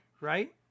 right